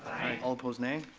all opposed, nay.